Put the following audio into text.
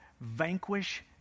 vanquish